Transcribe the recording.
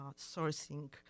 sourcing